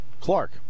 Clark